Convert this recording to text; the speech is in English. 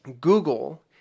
Google